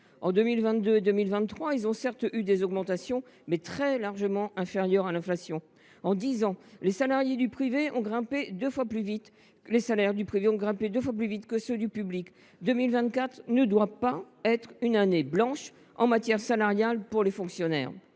En 2022 et 2023, ils ont certes obtenu des augmentations, mais celles ci furent très largement inférieures à l’inflation. En dix ans, les salaires du privé ont grimpé deux fois plus vite que ceux du public. L’année 2024 ne doit pas être une année blanche en matière salariale pour les fonctionnaires.